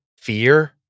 fear